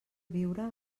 viure